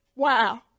Wow